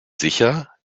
sicher